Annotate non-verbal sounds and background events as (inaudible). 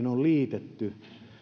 (unintelligible) on liitetty